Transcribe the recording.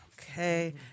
Okay